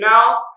Now